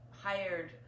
hired